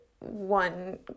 one